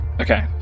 Okay